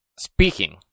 Speaking